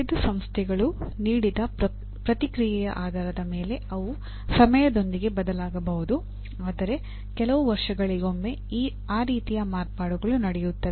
ವಿವಿಧ ಸಂಸ್ಥೆಗಳು ನೀಡಿದ ಪ್ರತಿಕ್ರಿಯೆಯ ಆಧಾರದ ಮೇಲೆ ಅವು ಸಮಯದೊಂದಿಗೆ ಬದಲಾಗಬಹುದು ಆದರೆ ಕೆಲವು ವರ್ಷಗಳಿಗೊಮ್ಮೆ ಆ ರೀತಿಯ ಮಾರ್ಪಾಡುಗಳು ನಡೆಯುತ್ತವೆ